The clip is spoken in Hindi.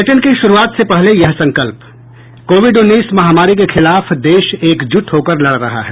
बुलेटिन की शुरूआत से पहले ये संकल्प कोविड उन्नीस महामारी के खिलाफ देश एकजुट होकर लड़ रहा है